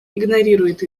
игнорируют